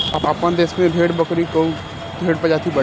आपन देस में भेड़ बकरी कअ ढेर प्रजाति बाटे